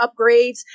upgrades